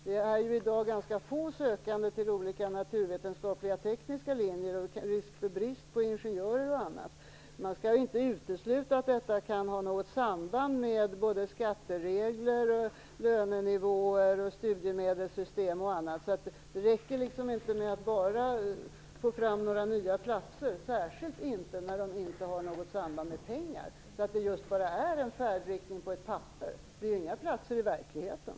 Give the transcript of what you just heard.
Det är ju i dag ganska få sökande till olika naturvetenskapliga och tekniska linjer och risk för brist på ingenjörer m.m. Man skall inte utesluta att detta kan ha något samband med både skatteregler, lönenivåer, studiemedelssystem och annat. Det räcker inte med att bara få fram nya platser, särskilt inte när de inte har något samband med pengar. Då är de bara en färdriktning på ett papper, inga platser i verkligheten.